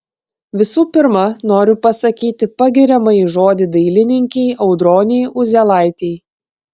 visų pirma noriu pasakyti pagiriamąjį žodį dailininkei audronei uzielaitei